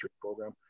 program